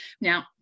Now